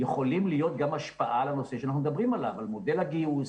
יכולים להיות גם השפעה לנושא שאנחנו מדברים עליו על מודל הגיוס,